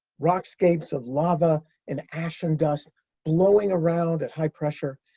rockscapes of lava and ash and dust blowing around at high pressure.